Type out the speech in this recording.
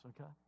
okay